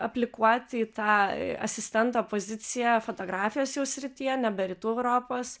aplikuoti į tą asistento poziciją fotografijos jau srityje nebe rytų europos